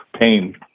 pain